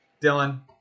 Dylan